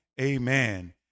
amen